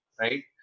right